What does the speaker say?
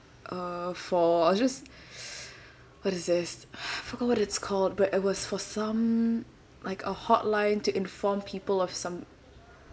uh for I was just what is this forgot what it's called but it was for some like a hotline to inform people of some